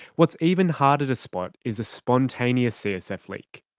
what's even harder to spot is a spontaneous csf leak.